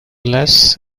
less